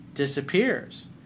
disappears